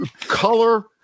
color